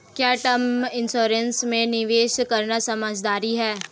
क्या term insurance में निवेश करना समझदारी है?